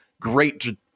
great